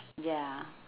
ya